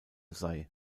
sei